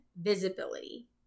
visibility